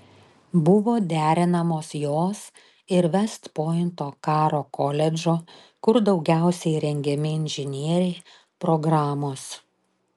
buvo derinamos jos ir vest pointo karo koledžo kur daugiausiai rengiami inžinieriai programos